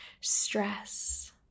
stress